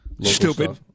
stupid